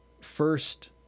First